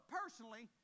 personally